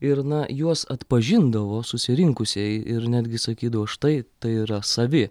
ir na juos atpažindavo susirinkusieji ir netgi sakydavo štai tai yra savi